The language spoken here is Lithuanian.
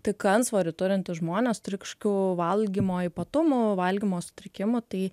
tik antsvorį turintys žmonės turi kažkokių valgymo ypatumų valgymo sutrikimų tai